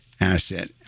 asset